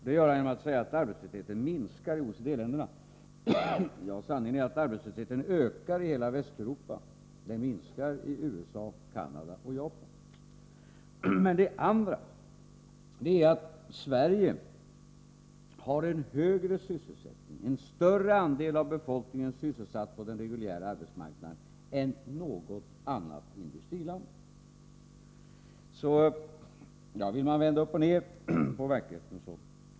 Detta gör han genom att säga att arbetslösheten minskar inom OECD. Sanningen är för det första att arbetslösheten ökar i hela Västeuropa men minskar i USA, Canada och Japan. Men för det andra har Sverige en högre sysselsättning — en större andel av befolkningen är sysselsatt på den reguljära arbetsmarknaden än i något annat industriland. Vill man vända upp och ner på verkligheten, så går det ju.